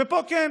ופה כן,